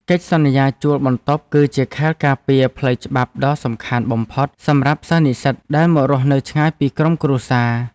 កិច្ចសន្យាជួលបន្ទប់គឺជាខែលការពារផ្លូវច្បាប់ដ៏សំខាន់បំផុតសម្រាប់និស្សិតដែលមករស់នៅឆ្ងាយពីក្រុមគ្រួសារ។